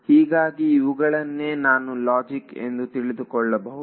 ಹೀಗಾಗಿ ಇವುಗಳನ್ನೇ ನಾನು ಲಾಜಿಕ್ ಎಂದು ತಿಳಿದುಕೊಳ್ಳಬಹುದು